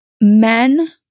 men